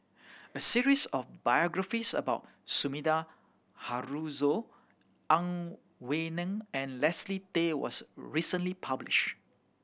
a series of biographies about Sumida Haruzo Ang Wei Neng and Leslie Tay was recently publish